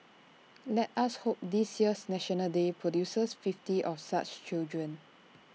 let us hope this year's National Day produces fifty of such children